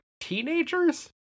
teenagers